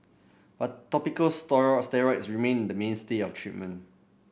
but topical steroid remain the mainstay of treatment